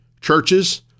churches